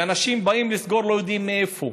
ואנשים שבאים לסגור לא יודעים מאיפה,